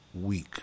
Week